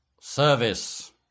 Service